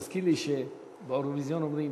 מזכיר לי שבאירוויזיון אומרים: